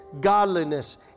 Godliness